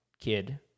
kid